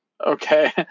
Okay